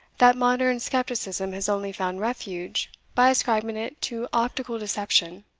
that modern scepticism has only found refuge by ascribing it to optical deception.